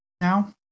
now